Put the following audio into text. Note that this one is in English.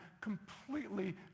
completely